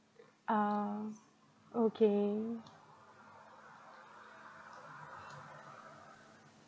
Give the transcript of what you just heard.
uh okay